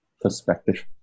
perspective